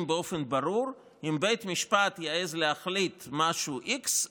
באופן ברור שאם בית משפט יעז להחליט משהו x,